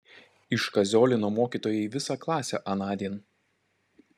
iškaziolino mokytojai visą klasę anądien